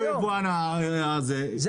שהוא יבואן הזה --- זה המצב כיום.